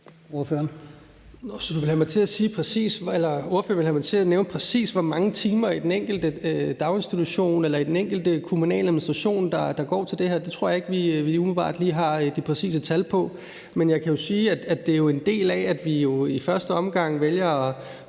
vil have mig til at nævne, præcis hvor mange timer i den enkelte daginstitution eller i den enkelte kommunale administration der går til det her? Det tror jeg ikke vi lige umiddelbart har det præcise tal på. Men jeg kan sige, at det jo er en del af, at vi i første omgang vælger at